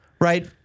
right